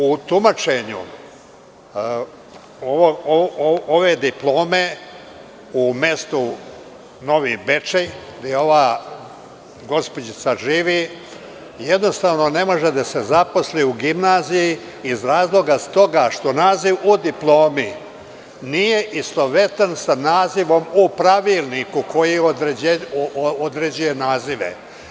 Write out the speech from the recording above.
U tumačenju ove diplome u mestu Novi Bečej, gde ova gospođica živi, jednostavni ne može da se zaposli u gimnaziji iz razloga što naziv u diplomi nije istovetan sa nazivom u pravilniku, koji određuje nazive.